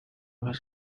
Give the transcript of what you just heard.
was